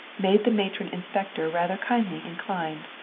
made the matron inspector rather kindly inclined.